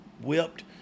whipped